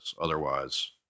Otherwise